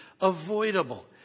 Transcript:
avoidable